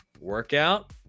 workout